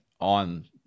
on